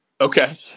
Okay